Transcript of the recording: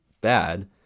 bad